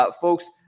folks